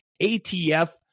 ATF